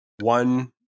one